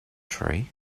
tree